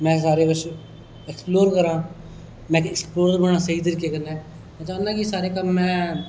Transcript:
में सारा किश एक्सपलोयर करां में एक्सपलोयर होना स्हेई तरीके कन्नै में चाहन्ना कि सारे कम्म में अपने